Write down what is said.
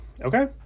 okay